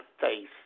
face